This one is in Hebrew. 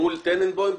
מול טננבוים,